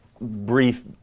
brief